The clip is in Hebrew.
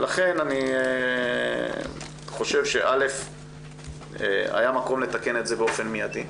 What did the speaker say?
לכן אני חושב שהיה מקום לתקן את זה באופן מידי.